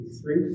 three